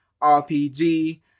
RPG